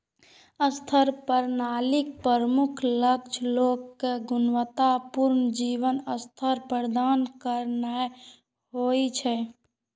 आर्थिक प्रणालीक प्रमुख लक्ष्य लोग कें गुणवत्ता पूर्ण जीवन स्तर प्रदान करनाय होइ छै